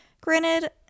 Granted